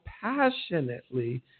passionately